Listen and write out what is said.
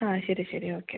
ശരി ശരി ഓക്കെ